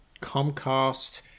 Comcast